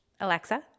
Alexa